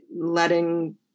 letting